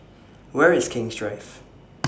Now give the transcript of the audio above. Where IS King's Drive